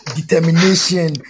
determination